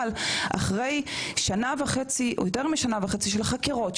אבל אחרי יותר משנה וחצי של חקירות,